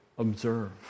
Observe